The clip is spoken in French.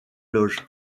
loge